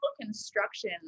construction